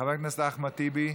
חבר הכנסת אחמד טיבי,